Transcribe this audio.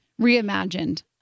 reimagined